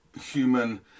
human